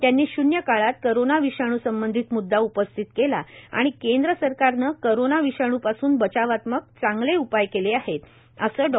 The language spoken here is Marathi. त्यांनी श्न्य काळात करोना विषाणू संबंधित मुद्दा उपस्थित केला आणि केंद्र सरकारनं करोना विषाणू पासून बचावात्मक चांगले उपाय केले आहेत असं डॉ